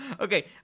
Okay